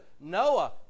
Noah